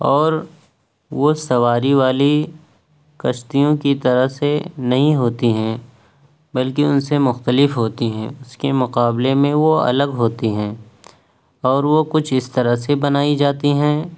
اور وہ سواری والی کشتیوں کی طرح سے نہیں ہوتی ہیں بلکہ ان سے مختلف ہوتی ہیں اس کے مقابلے میں وہ الگ ہوتی ہیں اور وہ کچھ اس طرح سے بنائی جاتی ہیں